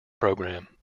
program